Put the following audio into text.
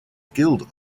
guild